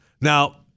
Now